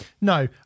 no